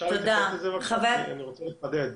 אני רוצה לחדד,